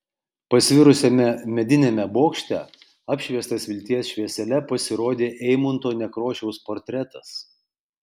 pasvirusiame mediniame bokšte apšviestas vilties šviesele pasirodė eimunto nekrošiaus portretas